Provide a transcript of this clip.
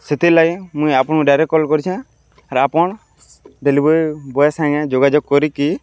ସେଥିର୍ଲାଗି ମୁଇଁ ଆପଣଙ୍କୁ ଡାଇରେକ୍ଟ କଲ୍ କରିଛେଁ ଆର୍ ଆପଣ୍ ଡେଲିଭରି ବଏ ସାଙ୍ଗେ ଯୋଗାଯୋଗ୍ କରିକି